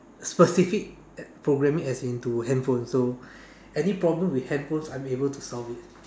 specific programming as in to handphones so any problems with handphones I'm able to solve it